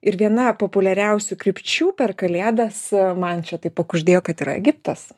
ir viena populiariausių krypčių per kalėdas man čia tai pakuždėjo kad yra egiptas